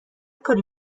کاری